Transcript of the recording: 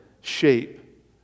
shape